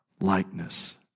likeness